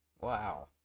Wow